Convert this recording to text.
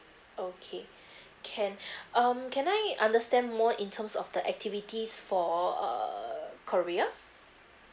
okay can um can I understand more in terms of the activities for err korea